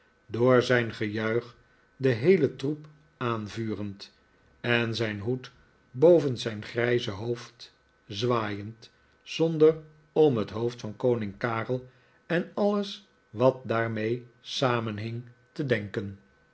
door zijn gejuich den heelen troep aanvurend en zijn hoed boven zijn grijze hoofd zwaaiend zond r om het hoofd van koning karel en alles wat daarmee samenhing te denken